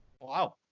Wow